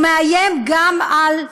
הוא מאיים גם על,